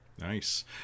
nice